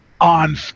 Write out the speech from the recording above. on